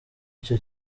icyo